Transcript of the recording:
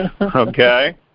Okay